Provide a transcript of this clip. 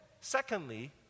secondly